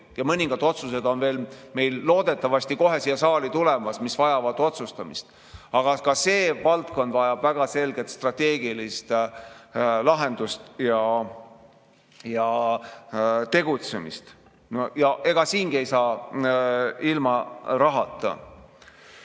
ja mõningad otsused on meil loodetavasti kohe siia saali tulemas. Aga ka see valdkond vajab väga selget strateegilist lahendust ja tegutsemist. Ega siingi ei saa ilma rahata.